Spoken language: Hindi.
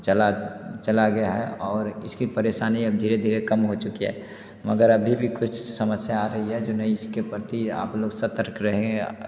चला चला गया है और इसकी परेशानी अब धीरे धीरे कम हो चुकि है मगर अभी भी कुछ समस्या आ रही हैं जिन्हें इसके प्रति आप लोग सतर्क रहें